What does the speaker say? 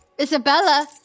Isabella